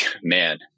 man